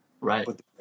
Right